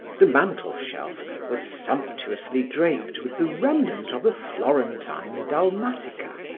the mantel shelf was sumptuously draped with the remnant of a florentine dalmatica.